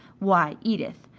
why, edith,